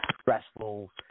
stressful